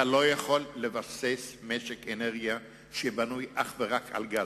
אתה לא יכול לבסס משק אנרגיה אך ורק על גז,